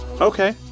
Okay